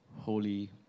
Holy